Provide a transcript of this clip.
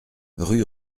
rue